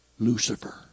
Lucifer